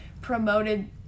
Promoted